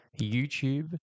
YouTube